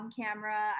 camera